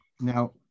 Now-